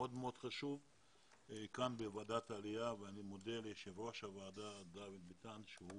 חשוב בוועדת העלייה ואני מודה ליושב ראש הוועדה דוד ביטן על שהוא